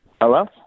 Hello